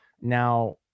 Now